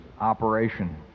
operation